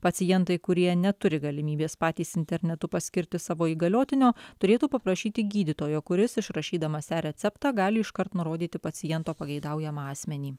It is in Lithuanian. pacientai kurie neturi galimybės patys internetu paskirti savo įgaliotinio turėtų paprašyti gydytojo kuris išrašydamas e receptą gali iškart nurodyti paciento pageidaujamą asmenį